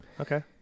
Okay